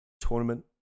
tournament